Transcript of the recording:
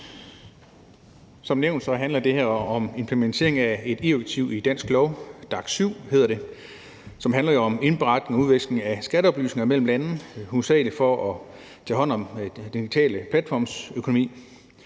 Som nævnt handler det her om implementering af et EU-direktiv i dansk lovgivning. Det hedder DAC7, og det handler om indberetning og udveksling af skatteoplysninger mellem lande, hovedsagelig for at tage hånd om den digitale platformsøkonomi.